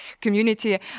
community